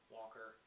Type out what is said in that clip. Walker